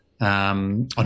on